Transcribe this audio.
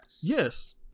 yes